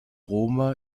roma